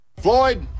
Floyd